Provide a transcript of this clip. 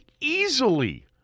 easily